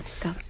go